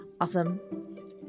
awesome